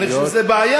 אני חושב שזו בעיה.